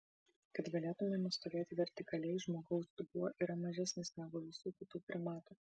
kad galėtumėme stovėti vertikaliai žmogaus dubuo yra mažesnis negu visų kitų primatų